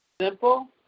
Simple